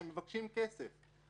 שהם מבקשים כסף.